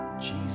Jesus